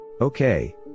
Okay